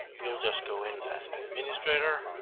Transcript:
we'll just go in as administrator.